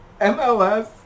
MLS